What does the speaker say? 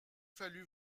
fallu